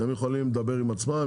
הם יכולים לדבר עם עצמם,